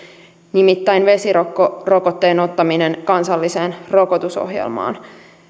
nimittäin vesirokkorokotteen ottaminen kansalliseen rokotusohjelmaan